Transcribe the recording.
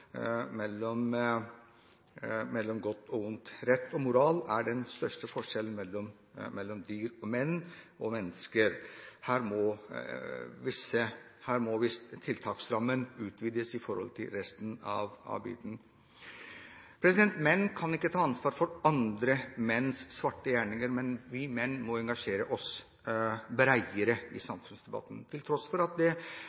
mellom godt og vondt. Rett og moral er den største forskjellen mellom dyr og mennesker. Her må tiltaksrammen utvides. Menn kan ikke ta ansvar for andre menns svarte gjerninger, men vi menn må engasjere oss bredere i